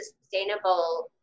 sustainable